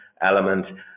element